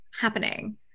happening